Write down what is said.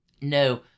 No